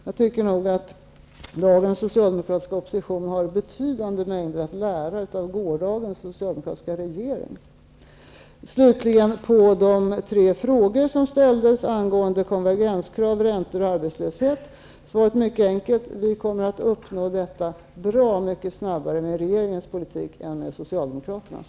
Jag tycker nog att dagens socialdemokratiska opposition har betydande mängder att lära av gårdagens socialdemokratiska regering. Slutligen vill jag svara på de tre frågor som ställdes angående konvergenskrav, räntor och arbetslöshet. Svaret är mycket enkelt: Vi kommer att uppnå resultat bra mycket snabbare med regeringens politik än med Socialdemokraternas.